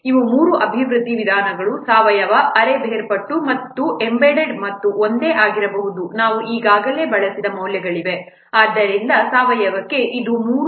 ಇವು ಮೂರು ಅಭಿವೃದ್ಧಿ ವಿಧಾನಗಳು ಸಾವಯವ ಅರೆ ಬೇರ್ಪಟ್ಟ ಮತ್ತು ಎಂಬೆಡೆಡ್ ಮತ್ತು ಒಂದೇ ಆಗಿರಬಹುದು ನಾವು ಈಗಾಗಲೇ ಬಳಸಿದ ಮೌಲ್ಯಗಳಾಗಿವೆ ಆದ್ದರಿಂದ ಸಾವಯವಕ್ಕೆ ಇದು 3